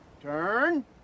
Turn